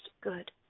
good